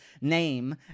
name